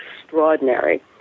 extraordinary